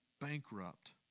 bankrupt